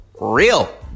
real